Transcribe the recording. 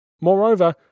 Moreover